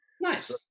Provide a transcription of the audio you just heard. Nice